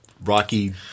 Rocky